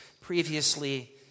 previously